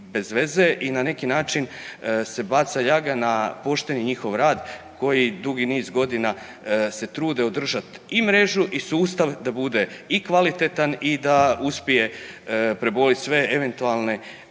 i na neki način se baca ljaga na pošteni njihov rad koji dugi niz godina se trude održat i mrežu i sustav da bude i kvalitetan i da uspije prebolit sve eventualne